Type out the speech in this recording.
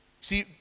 See